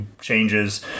changes